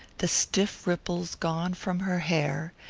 the stiff ripples gone from her hair,